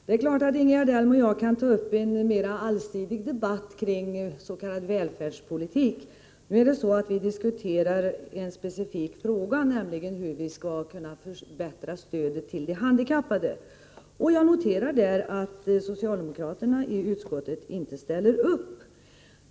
Herr talman! Ingegerd Elm och jag kan naturligtvis ta upp en mer allsidig debatt om den s.k. välfärdspolitiken, men nu diskuterar vi en specifik fråga, nämligen hur vi skall förbättra stödet till de handikappade. Jag noterar att socialdemokraterna i utskottet inte ställer upp.